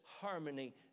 harmony